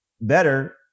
better